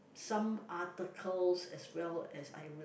some articles as well as I will